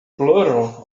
plural